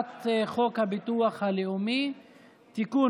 הצעת חוק הביטוח הלאומי (תיקון,